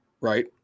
right